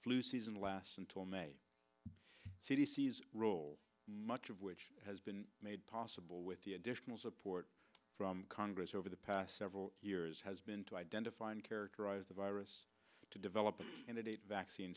flu season lasts until may c d c is rolled much of which has been made possible with the additional support from congress over the past several years has been to identify and characterize the virus to develop and a vaccine